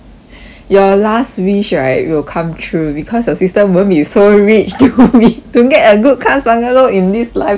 your last wish right will come true because your sister won't be so rich to be to get a good class bungalow in this lifetime orh